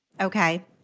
Okay